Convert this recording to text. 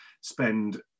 spend